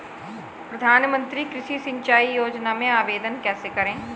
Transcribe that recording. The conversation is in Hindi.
प्रधानमंत्री कृषि सिंचाई योजना में आवेदन कैसे करें?